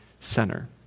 center